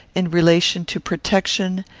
in relation to protection,